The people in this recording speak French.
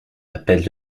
appelle